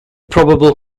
probable